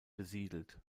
besiedelt